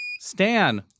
Stan